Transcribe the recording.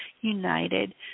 united